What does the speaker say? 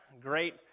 great